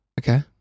Okay